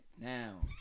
Now